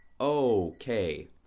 Okay